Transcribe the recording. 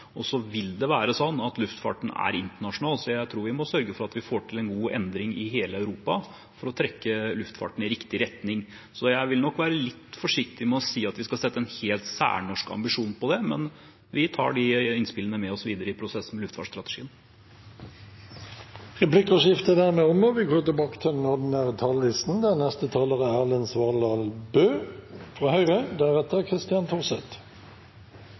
luftfarten er internasjonal. Jeg tror vi må sørge for at vi får til en god endring i hele Europa for å trekke luftfarten i riktig retning. Så jeg vil nok være litt forsiktig med å si at vi skal sette en helt særnorsk ambisjon på det, men vi tar de innspillene med oss videre i prosessen om luftfartsstrategien. Replikkordskiftet er omme. De talere som heretter får ordet, har også en taletid på inntil 3 minutter. Utslippene fra